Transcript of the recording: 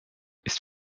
ist